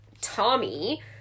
Tommy